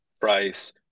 price